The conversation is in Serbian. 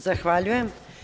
Zahvaljujem.